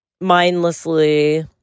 mindlessly